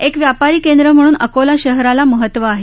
एक व्यापारी केंद्र म्हणून अकोला शहराला महत्व आहे